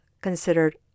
considered